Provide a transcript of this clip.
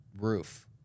roof